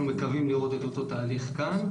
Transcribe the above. אנחנו מקווים לראות את אותו תהליך גם כאן,